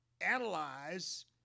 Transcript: analyze